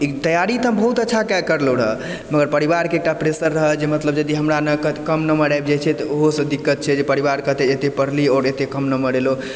तैयारी तऽ हम बहुत अच्छा करलहुॅं र मगर परिवार के एकटा प्रेसर रहय जे मतलब यदि हमरा ने कम नम्बर आबि जाइ छै तऽ ओहो सॅं दिक्कत छै जे परिवार कहतै जे एते पढ़ली आओर एते कम नम्बर अयलहुॅं